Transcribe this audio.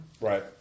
Right